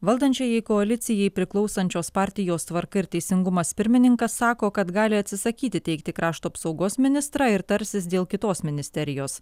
valdančiajai koalicijai priklausančios partijos tvarka ir teisingumas pirmininkas sako kad gali atsisakyti teikti krašto apsaugos ministrą ir tarsis dėl kitos ministerijos